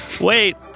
Wait